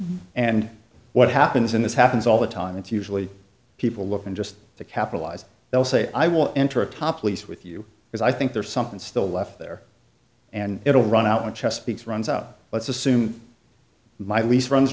and what happens in this happens all the time it's usually people looking just to capitalize they'll say i will enter a top lease with you because i think there's something still left there and it will run out when chesapeake's runs out let's assume my lease runs